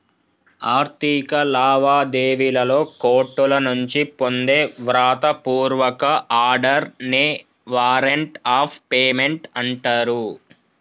ఆర్థిక లావాదేవీలలో కోర్టుల నుంచి పొందే వ్రాత పూర్వక ఆర్డర్ నే వారెంట్ ఆఫ్ పేమెంట్ అంటరు